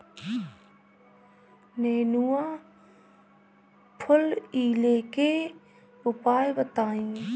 नेनुआ फुलईले के उपाय बताईं?